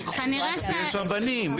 יש שם בנים.